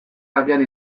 abian